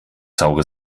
saure